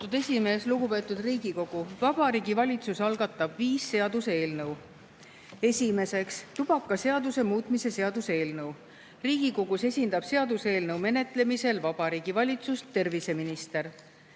esimees! Lugupeetud Riigikogu! Vabariigi Valitsus algatab viis seaduseelnõu. Esiteks, tubakaseaduse muutmise seaduse eelnõu. Riigikogus esindab seaduseelnõu menetlemisel Vabariigi Valitsust terviseminister.